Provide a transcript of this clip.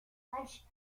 watch